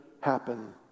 happen